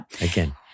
Again